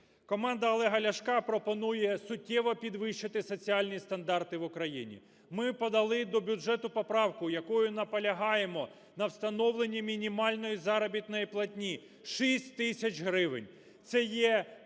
Команда Олега Ляшка пропонує суттєво підвищити соціальні стандарти в України. Ми подали до бюджету поправку, якою наполягаємо на встановленні мінімальної заробітної платні 6 тисяч гривень. Це є те,